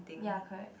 ya correct